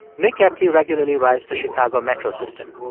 nick epley regularly rides the chicago metro system.